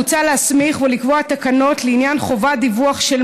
מוצע להסמיך ולקבוע תקנות לעניין חובות דיווח של